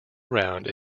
around